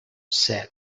said